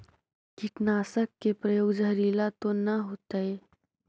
कीटनाशक के प्रयोग, जहरीला तो न होतैय?